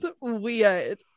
weird